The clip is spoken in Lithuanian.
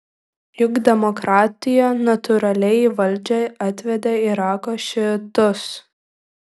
juk demokratija natūraliai į valdžią atvedė irako šiitus